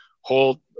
hold